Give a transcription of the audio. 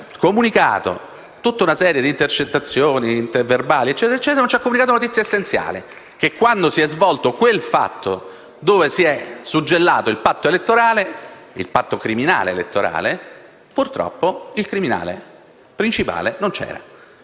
comunicato tutta una serie di intercettazioni, verbali, eccetera e non ci ha comunicato una notizia essenziale: che quando si è svolto quel fatto, dove si è suggellato il patto elettorale (il patto criminale elettorale), purtroppo il criminale principale non c'era.